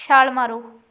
ਛਾਲ ਮਾਰੋ